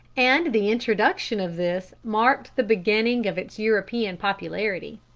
and the introduction of this marked the beginning of its european popularity.